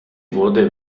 wurde